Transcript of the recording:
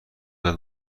بعد